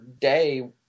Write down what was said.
day